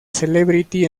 celebrity